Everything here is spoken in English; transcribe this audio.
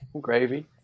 Gravy